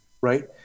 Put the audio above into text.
right